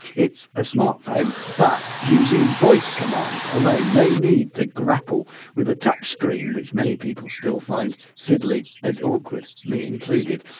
it's a smartphone but using voice commands alone, no need to grapple with a touchscreen, which many people still find fiddly and awkward me included.